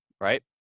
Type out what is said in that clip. right